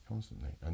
Constantly